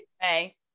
hey